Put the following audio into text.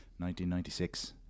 1996